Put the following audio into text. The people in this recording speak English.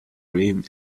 green